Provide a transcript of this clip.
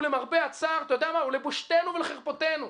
ולמרבה הצער, ולבושתנו ולחרפתנו,